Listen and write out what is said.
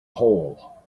hole